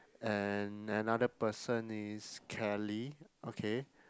and another person is Kelly okay